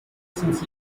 since